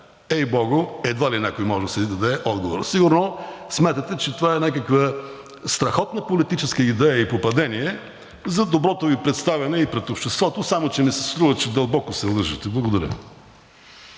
ей богу, едва ли някой може да си даде отговор. Сигурно смятате, че това е някаква страхотна политическа идея и попадение за доброто Ви представяне и пред обществото, само че ми се струва, че дълбоко се лъжете. Благодаря.